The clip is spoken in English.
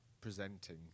presenting